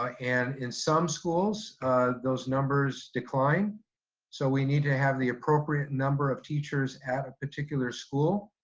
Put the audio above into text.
ah and in some schools those numbers decline so we need to have the appropriate number of teachers at a particular school,